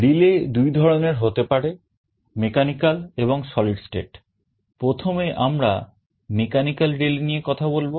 Relay দুই ধরনের হতে পারে mechanical এবং solid state প্রথমে আমরা mechanical relay নিয়ে কথা বলব